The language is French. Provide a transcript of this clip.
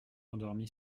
endormi